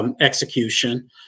execution